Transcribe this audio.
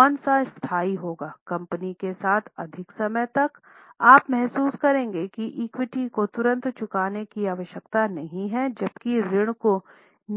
कौन सा स्थायी होगा कंपनी के साथ अधिक समय तक आप महसूस करेंगे कि इक्विटी को तुरंत चुकाने की आवश्यकता नहीं है जबकि ऋण को